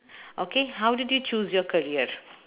okay how did you choose your career